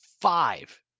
five